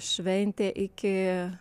šventė iki